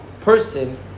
person